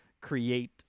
create